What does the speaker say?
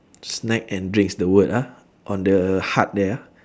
snack and drinks the word ah on the hut there ah